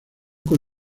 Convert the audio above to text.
con